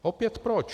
Opět proč?